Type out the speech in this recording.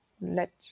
Let